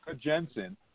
jensen